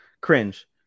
cringe